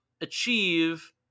achieve